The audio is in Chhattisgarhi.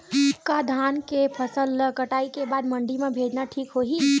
का धान के फसल ल कटाई के बाद मंडी म बेचना ठीक होही?